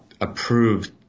approved